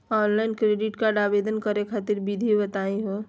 Online credit card आवेदन करे खातिर विधि बताही हो?